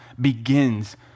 begins